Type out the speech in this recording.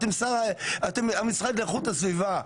אתם המשרד לאיכות הסביבה,